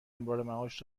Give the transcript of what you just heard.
امرارمعاش